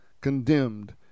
condemned